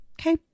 Okay